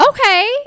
Okay